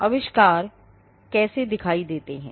अविष्कार कैसे दिखते हैं